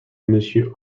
monsieur